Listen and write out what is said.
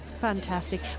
fantastic